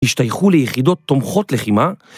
השתייכו ליחידות תומכות לחימה